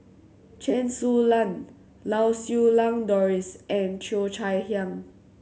Chen Su Lan Lau Siew Lang Doris and Cheo Chai Hiang